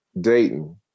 Dayton